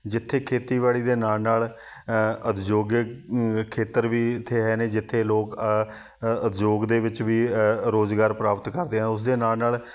ਜਿੱਥੇ ਖੇਤੀਬਾੜੀ ਦੇ ਨਾਲ ਨਾਲ ਉਦਯੋਗਿਕ ਖੇਤਰ ਵੀ ਇੱਥੇ ਹੈ ਨੇ ਜਿੱਥੇ ਲੋਕ ਉਦਯੋਗ ਦੇ ਵਿੱਚ ਵੀ ਰੋਜ਼ਗਾਰ ਪ੍ਰਾਪਤ ਕਰਦੇ ਆ ਉਸ ਦੇ ਨਾਲ ਨਾਲ